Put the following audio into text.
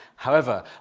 however,